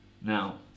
Now